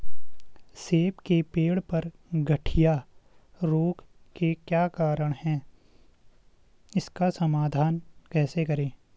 सेब के पेड़ पर गढ़िया रोग के क्या कारण हैं इसका समाधान कैसे करें?